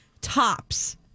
tops